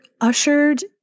ushered